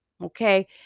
okay